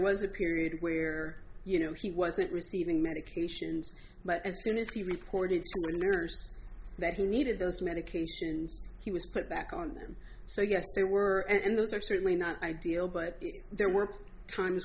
was a period where you know he wasn't receiving medications but as soon as he reported first that he needed those medications he was put back on them so yes they were and those are certainly not ideal but there were times